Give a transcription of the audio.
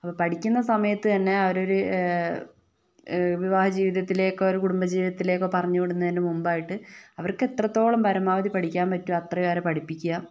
അപ്പൊ പഠിക്കുന്ന സമയത്ത് തന്നെ അവരൊരു വിവാഹ ജീവിതത്തിലേക്കോ ഒരു കുടുംബ ജീവിതത്തിലേക്കോ പറഞ്ഞുവിടുന്നതിന് മുന്പായിട്ട് അവർക്ക് എത്രത്തോളം പരമാവധി പഠിക്കാൻ പറ്റുവോ അത്രയും അവരെ പഠിപ്പിക്കുക